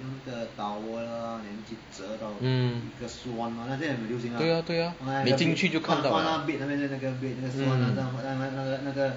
mm 对 ya 对 ya 你进去就看到 liao